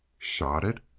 shot it!